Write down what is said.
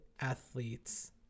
athletes